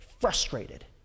frustrated